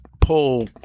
pull